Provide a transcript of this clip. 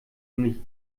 nämlich